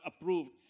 approved